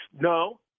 No